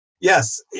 Yes